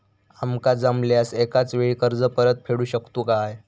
आमका जमल्यास एकाच वेळी कर्ज परत फेडू शकतू काय?